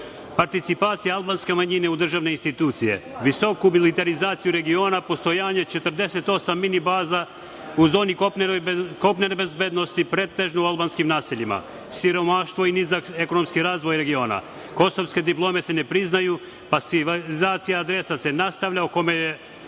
participacije albanske manjine u državnim institucijama, visoku militarizaciju regiona, postojanje 48 mini-baza u zoni kopnene bezbednosti, pretežno u albanskim naseljima, siromaštvo i nizak ekonomski razvoj regiona, kosovske diplome se ne priznaju, pasivizacija adresa se nastavlja, o čemu je